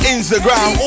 Instagram